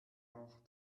auch